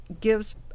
gives